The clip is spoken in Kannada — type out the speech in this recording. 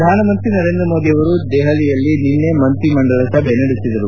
ಪ್ರಧಾನಮಂತ್ರಿ ನರೇಂದ್ರ ಮೋದಿ ಅವರು ನವದೆಹಲಿಯಲ್ಲಿ ನಿನ್ನೆ ಮಂತ್ರಿ ಮಂಡಲ ಸಭೆ ನಡೆಸಿದರು